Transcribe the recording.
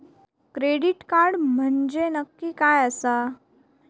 Credit card म्हंजे नक्की काय आसा?